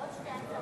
תוצאות ההצבעה: